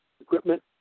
Equipment